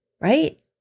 right